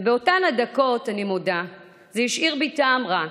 באותן הדקות, אני מודה, זה השאיר בי טעם רע,